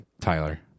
Tyler